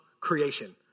creation